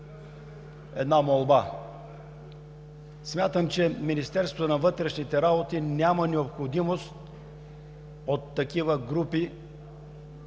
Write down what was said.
една молба. Смятам, че Министерството на вътрешните работи няма необходимост от такива групи.